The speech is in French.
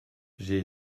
j’ai